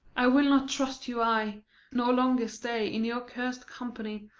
i will not trust you, i nor longer stay in your curst company.